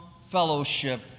fellowship